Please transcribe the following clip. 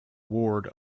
ward